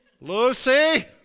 Lucy